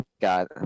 got